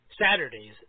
Saturdays